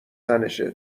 تنشه